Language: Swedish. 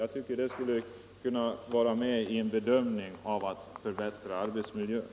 Jag tycker att detta skulle beaktas vid en bedömning av hur man skall kunna förbättra arbetsmiljön.